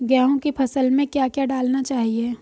गेहूँ की फसल में क्या क्या डालना चाहिए?